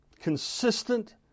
consistent